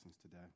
today